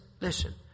listen